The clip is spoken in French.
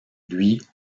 lui